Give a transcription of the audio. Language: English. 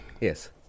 Yes